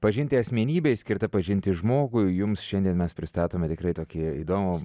pažinti asmenybei skirta pažinti žmogui jums šiandien mes pristatome tikrai tokį įdomų